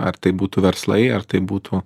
ar tai būtų verslai ar tai būtų